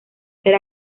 ser